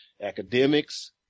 academics